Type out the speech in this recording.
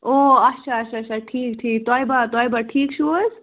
او اَچھا اَچھا اَچھا ٹھیٖک ٹھیٖک طیبہ طیبہ ٹھیٖک چھُو حظ